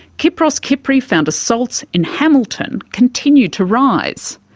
kypros kipri found assaults in hamilton continued to rise.